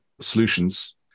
solutions